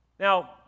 Now